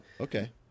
Okay